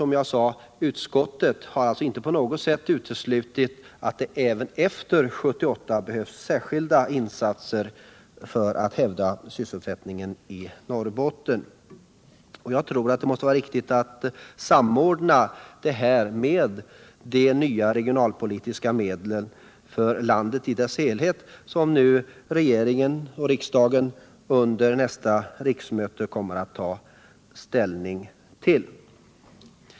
Men utskottet har ingalunda uteslutit att det även efter 1978 behövs särskilda insatser för att hävda sysselsättningen i Norrbotten. Jag tror det är riktigt att samordna dessa åtgärder med de nya regionalpolitiska medlen för landet i dess helhet som regeringen och riksdagen under nästa riksmöte kommer att ta ställning till.